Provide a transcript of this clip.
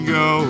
go